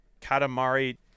katamari